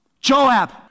Joab